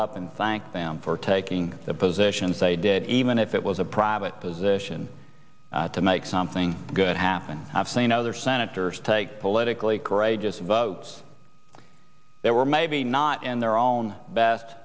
up and thank them for taking the positions they did even if it was a private position to make something good happen i've seen other senators take politically courageous votes that were maybe not in their own best